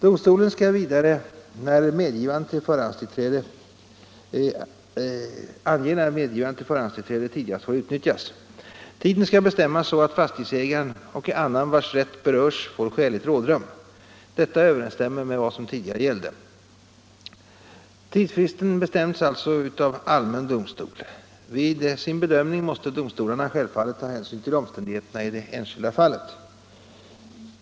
Domstolen skall vidare ange när medgivande till förhandstillträde tidigast får utnyttjas. Tiden skall bestämmas så att fastighetsägaren och annan vars rätt berörs får skäligt rådrum. Detta överensstämmer med vad som gällde tidigare. Tidsfristen bestäms sålunda av allmän domstol. Vid sin bedömning måste domstolen självfallet beakta omständigheterna i det enskilda fallet.